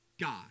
God